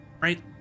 Right